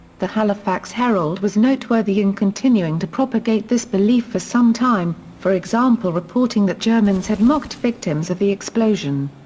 the halifax herald was noteworthy in continuing to propagate this belief for some time, for example reporting that germans had mocked victims of the explosion.